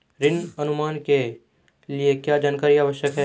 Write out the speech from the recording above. ऋण अनुमान के लिए क्या जानकारी आवश्यक है?